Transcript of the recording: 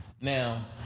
now